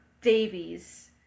Davies